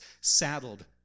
saddled